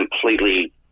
completely